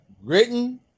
written